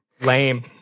Lame